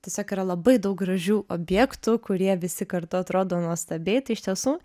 tiesiog yra labai daug gražių objektų kurie visi kartu atrodo nuostabiai tai iš tiesų